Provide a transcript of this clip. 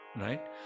right